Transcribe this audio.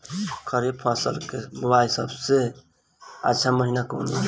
खरीफ फसल के बोआई के सबसे अच्छा महिना कौन बा?